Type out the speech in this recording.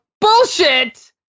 bullshit